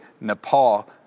Nepal